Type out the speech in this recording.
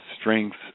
strengths